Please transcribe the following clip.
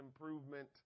Improvement